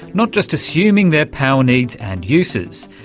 not just assuming their power needs and uses.